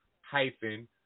hyphen